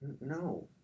no